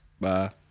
Bye